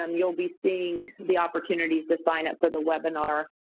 um you'll be seeing the opportunity to sign up for the webinar,